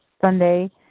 Sunday